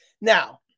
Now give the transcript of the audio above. Now